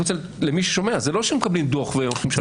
למי ששומע, זה לא שמקבלים דוח והולכים לשלם אותו.